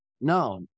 no